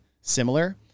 similar